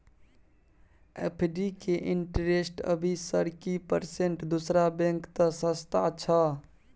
FD के interest अभी sir की परसेंट दूसरा बैंक त सस्ता छः?